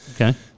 Okay